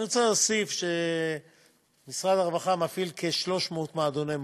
אני רוצה להוסיף שמשרד הרווחה מפעיל כ-300 מועדוני מופ"ת.